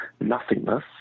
nothingness